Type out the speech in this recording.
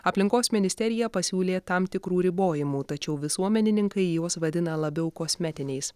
aplinkos ministerija pasiūlė tam tikrų ribojimų tačiau visuomenininkai juos vadina labiau kosmetiniais